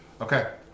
Okay